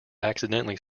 accidentally